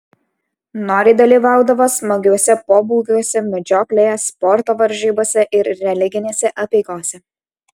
noriai dalyvaudavo smagiuose pobūviuose medžioklėje sporto varžybose ir religinėse apeigose